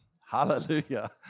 Hallelujah